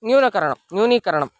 न्यूनीकरणं न्यूनीकरणं